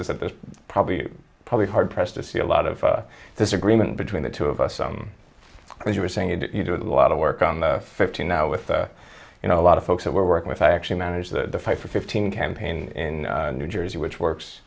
is that there's probably probably hard pressed to see a lot of disagreement between the two of us as you were saying if you do a lot of work on the fifteen now with the you know a lot of folks that we're working with i actually managed to fight for fifteen campaign in new jersey which works